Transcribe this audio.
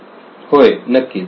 विद्यार्थी 1 होय नक्कीच